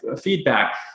feedback